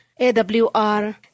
AWR